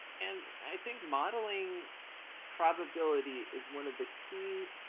and i think modeling probability is one of the key